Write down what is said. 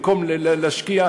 במקום להשקיע,